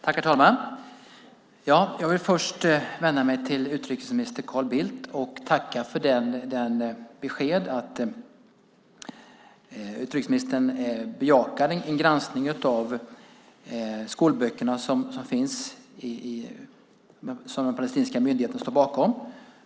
Herr talman! Jag vill först vända mig till utrikesminister Carl Bildt och tacka för beskedet att han bejakar en granskning av de skolböcker som de palestinska myndigheterna står bakom.